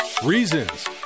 Reasons